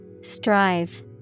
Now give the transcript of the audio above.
Strive